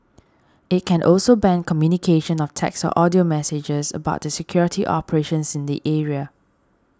it can also ban communication of text or audio messages about the security operations in the area